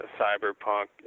cyberpunk